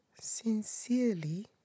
sincerely